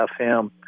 FM